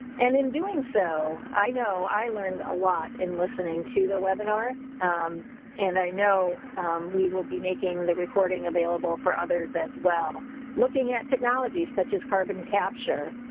and in doing, so i know i learned a lot in listening to the webinar and i know we will be making the recording available for others as well looking at technology, such as carbon capture.